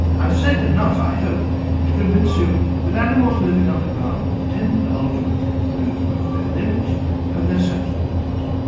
i've said enough, i hope to convince you that animals living underground tend ultimately to lose both their limbs and their sense organs.